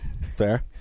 Fair